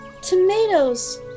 tomatoes